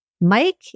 Mike